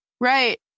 Right